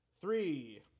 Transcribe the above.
Three